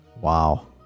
Wow